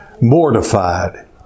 mortified